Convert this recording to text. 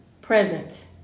present